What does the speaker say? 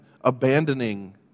abandoning